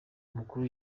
umukuru